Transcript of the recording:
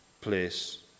place